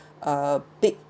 uh big